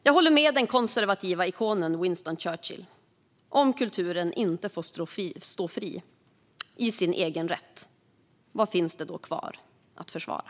Jag håller med den konservativa ikonen Winston Churchill: Om kulturen inte får stå fri i sin egen rätt, vad finns det då kvar att försvara?